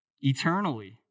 eternally